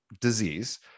disease